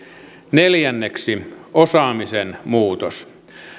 neljä osaamisen muutos